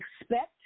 expect